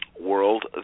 world